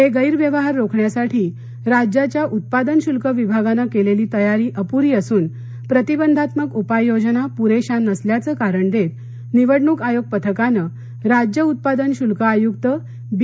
हे गैर व्यवहार रोखण्यासाठी राज्याच्या उत्पादन शुल्क विभागाने केलेली तयारी अपुरी असून प्रतिबंधात्मक उपाययोजना पुरेशा नसल्याचं कारण देत निवडणूक आयोग पथकाने राज्य उत्पादन शुल्क आयुक्त बी